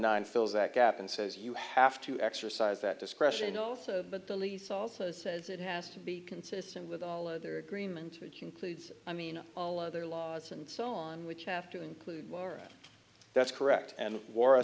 nine fills that gap and says you have to exercise that discretion also but the lease also says it has to be consistent with all of their agreements which includes i mean all other laws and so on which have to include laura that's correct and war